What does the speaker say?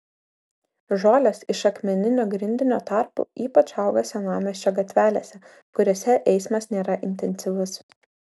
žolės iš akmeninio grindinio tarpų ypač auga senamiesčio gatvelėse kuriose eismas nėra intensyvus